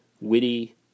witty